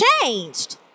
changed